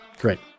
Great